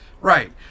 right